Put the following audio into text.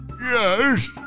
Yes